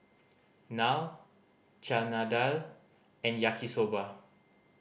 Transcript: Naan Chana Dal and Yaki Soba